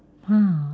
!huh!